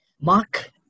Mark